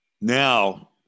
Now